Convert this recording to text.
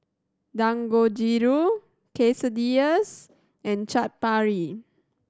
Dangojiru Quesadillas and Chaat Papri